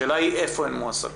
השאלה היא איפה הן מועסקות,